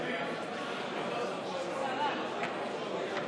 מסירים את כל ההסתייגויות